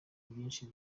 byinshi